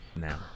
now